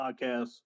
Podcast